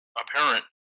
apparent